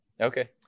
okay